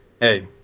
Hey